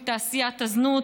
מתעשיית הזנות,